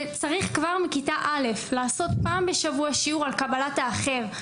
כבר מכיתה א' צריך לקיים פעם בשבוע שיעור על קבלת האחר,